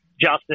Justin